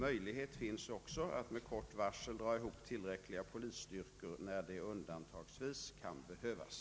Möjlighet finns också att med kort varsel dra ihop tillräckliga polisstyrkor, när det undantagsvis kan behövas.